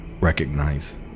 recognize